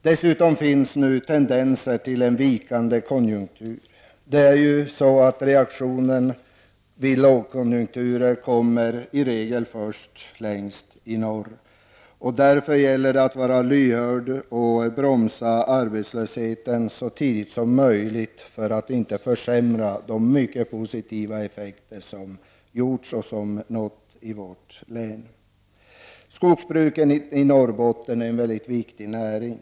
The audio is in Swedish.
Dessutom finns nu tendenser till en vikande konjunktur. Det är ju så att reaktionen vid lågkonjunktur kommer i regel först till Norrbotten, och därför gäller det att vara lyhörd och bromsa arbetslösheten så tidigt som möjligt för att inte försämra de positiva effekter som nåtts i vårt län. Skogsbruken i Norrbotten är en väldigt viktig näring.